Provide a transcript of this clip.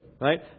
Right